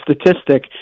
statistic